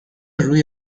روی